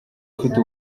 afite